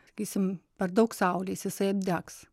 sakysim per daug saulės jisai apdegs